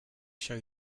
show